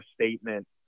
statement